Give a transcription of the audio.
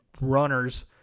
runners